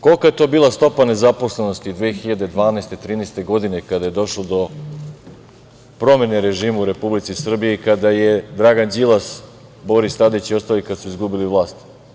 Koliko je to bila stopa nezaposlenosti 2012, 2013. godine kada je došlo do promene režima u Republici Srbiji, kada su Dragan Đilas, Boris Tadić i ostali kada su izgubili vlast?